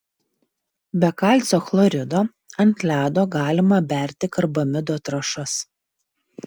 be kalcio chlorido ant ledo galima berti karbamido trąšas